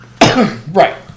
Right